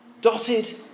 dotted